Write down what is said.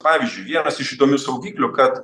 pavyzdžiui vienas iš įdomių saugiklių kad